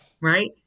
right